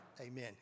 Amen